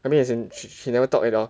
I mean as in she she never talk at all